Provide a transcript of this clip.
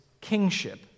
kingship